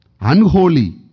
unholy